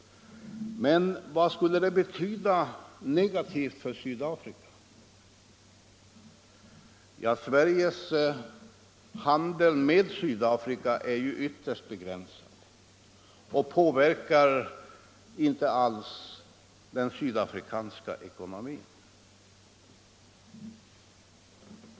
Men vad får det för negativa följder för Sydafrika? Sveriges handel med Sydafrika är ytterst begränsad och påverkar inte alls den sydafrikanska ekonomin.